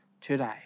today